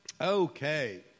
Okay